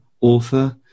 author